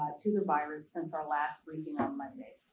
ah to the virus since our last briefing on monday.